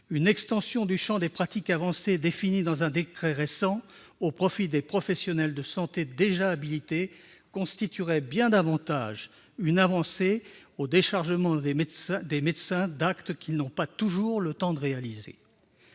Une extension du champ des pratiques avancées, définies dans un décret récent au profit des professionnels de santé déjà habilités, constituerait bien davantage un progrès en déchargeant les médecins d'actes qu'ils n'ont pas toujours le temps de réaliser.